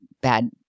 bad